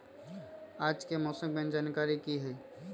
आज के मौसम के जानकारी कि हई?